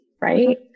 right